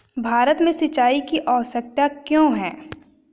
भारत में सिंचाई की आवश्यकता क्यों है?